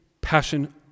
passion